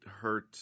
hurt